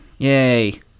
Yay